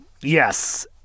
yes